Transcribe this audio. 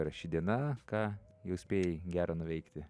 yra ši diena ką jau spėjai gero nuveikti